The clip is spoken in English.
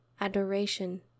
adoration